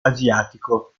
asiatico